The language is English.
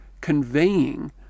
conveying